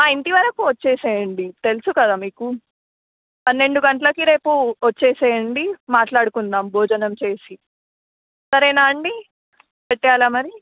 మా ఇంటి వరకు వచ్చేయండి తెలుసు కదా మీకు పన్నెండు గంటలకి రేపు వచ్చేయండి మాట్లాడుకుందాం భోజనం చేసి సరేనా అండి పెట్టేల మరి